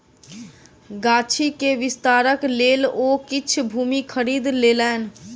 गाछी के विस्तारक लेल ओ किछ भूमि खरीद लेलैन